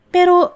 Pero